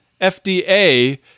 FDA